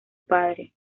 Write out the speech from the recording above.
padre